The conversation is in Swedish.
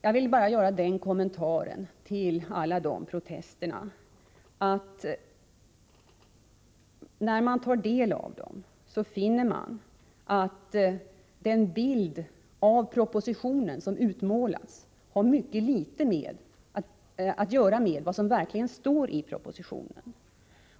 Jag vill bara göra den kommentaren till alla de protesterna att när man tar del av dem finner man att den bild av propositionen som utmålats har mycket litet att göra med vad som verkligen står i propositionen.